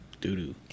doo-doo